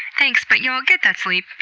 thanks, but y'all, get that sleep!